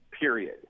period